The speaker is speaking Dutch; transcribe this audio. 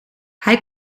hij